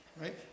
right